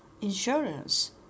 insurance